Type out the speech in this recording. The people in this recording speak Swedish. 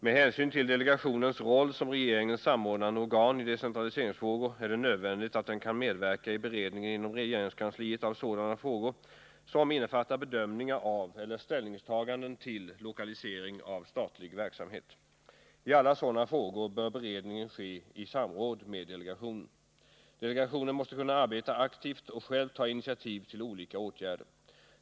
Med hänsyn till delegationens roll som regeringens samordnande organ i decentraliseringsfrågor är det nödvändigt att den kan medverka i beredningen inom regeringskansliet av sådana frågor som innefattar bedömningar av eller ställningstaganden till lokalisering av statlig verksamhet. I alla sådana frågor bör beredningen ske i samråd med delegationen. Delegationen måste kunna arbeta aktivt och själv ta initiativ till olika åtgärder.